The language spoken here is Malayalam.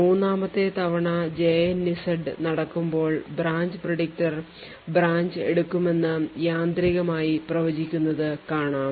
3 ാമത്തെ തവണ jnz നടക്കുമ്പോൾ ബ്രാഞ്ച് predictor ബ്രാഞ്ച് എടുക്കുമെന്ന് യാന്ത്രികമായി പ്രവചിക്കുന്നത് കാണാം